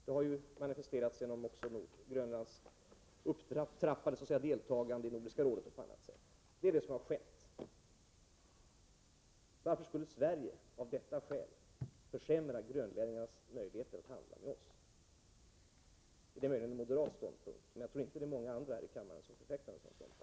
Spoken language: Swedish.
Detta har manifesterat sig i och med Grönlands upptrappade deltagande i Nordiska rådet och på annat sätt. Det är vad som skett. Varför skulle Sverige av detta skäl försämra grönlänningarnas möjligheter att handla med oss? Det är möjligen en moderat ståndpunkt, men jag tror inte att många andra i denna kammare förfäktar en sådan ståndpunkt.